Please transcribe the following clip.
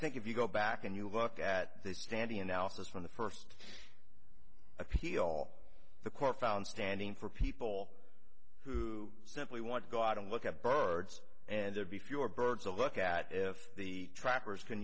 think if you go back and you look at the standing analysis from the first appeal the court found standing for people who simply want to go out and look at birds and there be fewer birds a look at if the trackers can